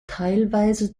teilweise